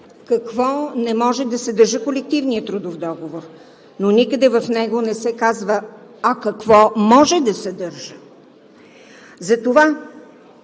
какво не може да съдържа колективният трудов договор, но никъде в него не се казва какво може да съдържа. Затова